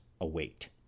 await